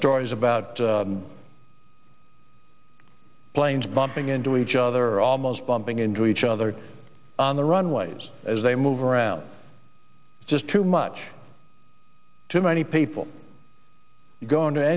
stories about planes bumping into each other almost bumping into each other on the runways as they move around just too much too many people goin